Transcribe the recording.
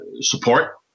support